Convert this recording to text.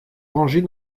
rangée